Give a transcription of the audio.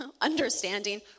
understanding